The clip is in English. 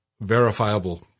verifiable